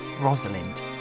Rosalind